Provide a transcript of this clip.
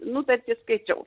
nutartį skaičiau